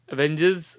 Avengers